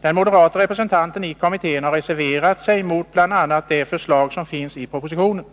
Den moderate representanten i kommittén har reserverat sig mot bl.a. det förslag som finns i propositionen.